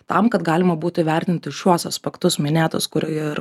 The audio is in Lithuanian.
tam kad galima būtų įvertinti šiuos aspektus minėtus kur ir